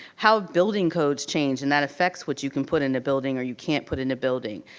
how building codes change, and that effects what you can put in a building, or you can't put in a building.